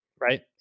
right